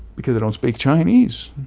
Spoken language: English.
because i don't speak chinese